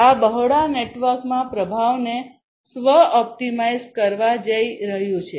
આ બહોળા નેટવર્કમાં પ્રભાવને સ્વ ઓપ્ટિમાઇઝ કરવા જઈ રહ્યું છે